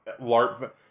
LARP